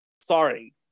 sorry